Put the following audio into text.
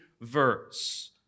verse